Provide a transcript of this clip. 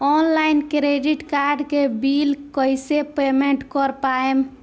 Online credit card के bill कइसे payment कर पाएम?